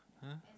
!huh!